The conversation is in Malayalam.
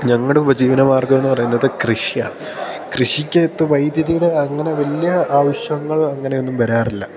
ഞങ്ങടെ ഉപജീവന മാർഗമെന്നു പറയുന്നത് കൃഷിയാണ് കൃഷിക്കകത്ത് വൈദ്യുതിയുടെ അങ്ങനെ വലിയ ആവശ്യങ്ങൾ അങ്ങനെയൊന്നും വരാറില്ല